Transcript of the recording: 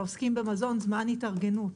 לעוסקים במזון זמן התארגנות.